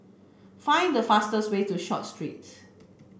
find the fastest way to Short Street